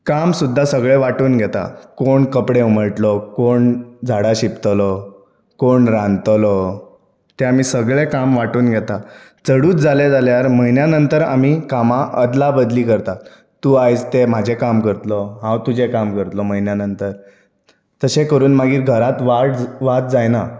काम सुद्दां सगळें वाटून घेता कोण कपडे उमळटलो कोण झाडां शिंपतलो कोण रांदतलो तें आमी सगळें काम वाटून घेता चडूंच जालें जाल्यार म्हयन्या नंतर आमी कामां अदला बदली करता तूं आयज तें म्हाजें काम करतालो हांव तुजें काम करतलो म्हयन्यां नंतर तशें करून मागीर घरांत वाट वाद जायना